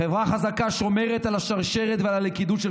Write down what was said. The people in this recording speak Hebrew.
חברה חזקה שומרת על השרשרת ועל הלכידות של